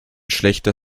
schlechter